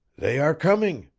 they are coming!